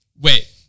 Wait